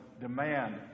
demand